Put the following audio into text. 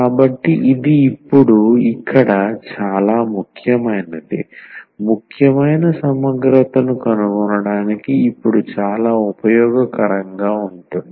కాబట్టి ఇది ఇప్పుడు ఇక్కడ చాలా ముఖ్యమైనది ముఖ్యమైన సమగ్రతను కనుగొనడానికి ఇప్పుడు చాలా ఉపయోగకరంగా ఉంటుంది